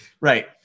Right